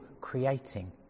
creating